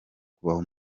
kubaho